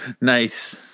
Nice